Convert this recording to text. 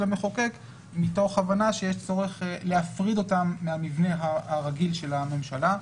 המחוקק מתוך הבנה שיש צורך להפריד אותם מהמבנה הרגיל של הממשלה.